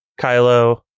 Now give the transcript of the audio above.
Kylo